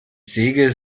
segel